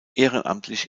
ehrenamtlich